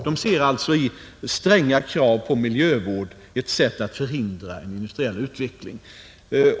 De ser stränga krav på miljövård som ett sätt att förhindra en industriell utveckling.